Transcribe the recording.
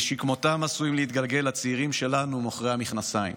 לשכמותם עשויים להתגלגל הצעירים שלנו מוכרי המכנסיים".